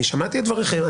אני שמעתי את דבריכם,